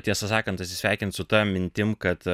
tiesą sakant atsisveikint su ta mintim kad